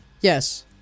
Yes